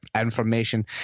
information